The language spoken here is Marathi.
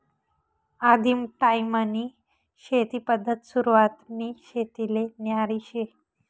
आदिम टायीमनी शेती पद्धत सुरवातनी शेतीले न्यारी शे